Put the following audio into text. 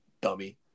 dummy